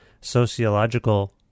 sociological